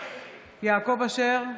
יעקב אשר,